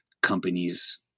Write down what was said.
companies